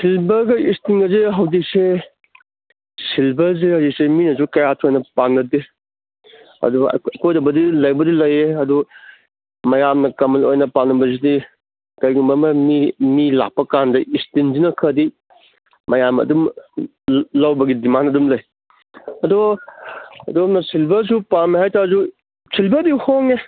ꯁꯤꯜꯚꯔꯒ ꯏꯁꯇꯤꯜꯒꯁꯦ ꯍꯧꯖꯤꯛꯁꯦ ꯁꯤꯜꯚꯔꯁꯦ ꯍꯧꯖꯤꯛꯁꯦ ꯃꯤꯅꯁꯨ ꯀꯌꯥ ꯊꯣꯏꯅ ꯄꯥꯝꯅꯗꯦ ꯑꯗꯨ ꯑꯩꯈꯣꯏꯗꯕꯨꯗꯤ ꯂꯩꯕꯨꯗꯤ ꯂꯩ ꯑꯗꯨ ꯃꯌꯥꯝꯅ ꯀꯃꯟ ꯑꯣꯏꯅ ꯄꯥꯝꯅꯕꯁꯤꯗꯤ ꯀꯩꯒꯨꯝꯕ ꯑꯃ ꯃꯤ ꯃꯤ ꯂꯥꯛꯄꯀꯥꯟꯗ ꯏꯁꯇꯤꯜꯁꯤꯅ ꯈꯔꯗꯤ ꯃꯌꯥꯝ ꯑꯗꯨꯝ ꯂꯧꯕꯒꯤ ꯗꯤꯃꯥꯟ ꯑꯗꯨꯝ ꯂꯩ ꯑꯗꯣ ꯑꯗꯣꯝꯅ ꯁꯤꯜꯚꯔꯁꯨ ꯄꯥꯝꯃꯦ ꯍꯥꯏꯇꯥꯔꯁꯨ ꯁꯤꯜꯚꯔꯗꯤ ꯍꯣꯡꯉꯦ